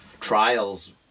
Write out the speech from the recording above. trials